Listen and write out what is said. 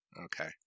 Okay